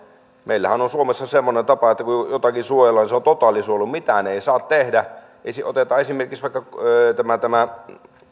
meillähän on suomessa semmoinen tapa että kun jotakin suojellaan niin se on totaalisuojelua mitään ei saa tehdä otetaan esimerkiksi vaikka